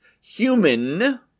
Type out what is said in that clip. human